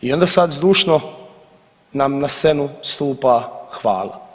I onda sad zdušno nam na scenu stupa hvala.